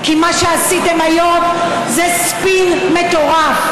מה שעשיתם היום זה ספין מטורף.